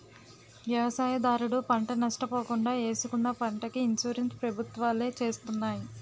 వ్యవసాయదారుడు పంట నష్ట పోకుండా ఏసుకున్న పంటకి ఇన్సూరెన్స్ ప్రభుత్వాలే చేస్తున్నాయి